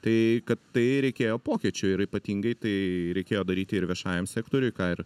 tai kad tai reikėjo pokyčių ir ypatingai tai reikėjo daryti ir viešajam sektoriui ką ir